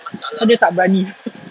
ada tak berani